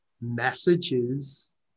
messages